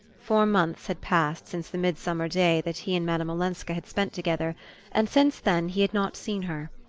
four months had passed since the midsummer day that he and madame olenska had spent together and since then he had not seen her.